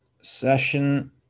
session